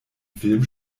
film